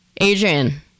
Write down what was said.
Adrian